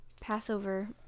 Passover